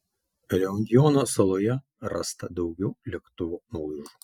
reunjono saloje rasta daugiau lėktuvo nuolaužų